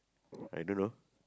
I don't know